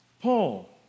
Paul